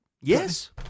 Yes